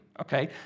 okay